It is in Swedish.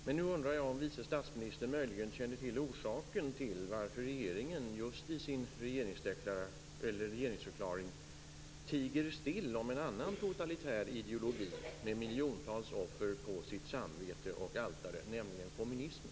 Jag undrar dock om vice statsministern möjligen känner till orsaken till att regeringen just i sin regeringsförklaring tiger still om en annan totalitär ideologi med miljontals offer på sitt samvete och altare, nämligen kommunismen.